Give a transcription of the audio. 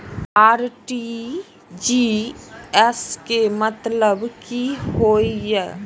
RTGS के मतलब की होय ये?